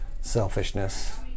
selfishness